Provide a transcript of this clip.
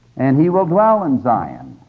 and he will dwell in zion,